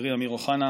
חברי אמיר אוחנה,